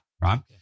right